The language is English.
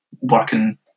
working